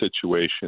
situation